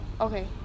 okay